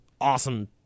awesome